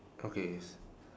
okays